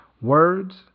WORDS